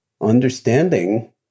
understanding